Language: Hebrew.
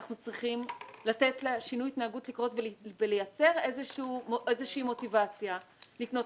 אנחנו צריכים לתת לשינוי ההתנהגות לקרות ולייצר איזושהי מוטיבציה לקנות